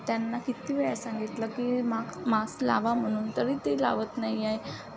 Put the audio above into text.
त्यांना किती वेळा सांगितलं की माक मास्क लावा म्हणून तरी ते लावत नाही आहे